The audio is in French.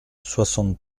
soixante